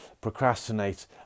procrastinate